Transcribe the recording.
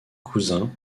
cousin